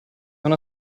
una